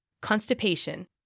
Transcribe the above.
Constipation